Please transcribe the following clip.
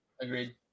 Agreed